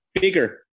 bigger